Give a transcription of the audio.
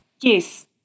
Yes